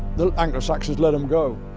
the anglo-saxons let them go.